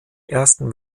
ersten